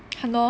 !hannor!